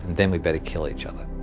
then we better kill each other.